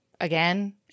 again